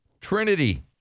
Trinity